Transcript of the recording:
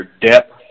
depth